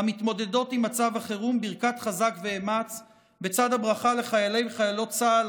המתמודדות עם מצב החירום ברכת חזק ואמץ בצד הברכה לחיילי וחיילות צה"ל,